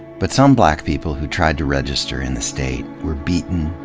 but some black people who tried to register in the state were beaten,